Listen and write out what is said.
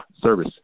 service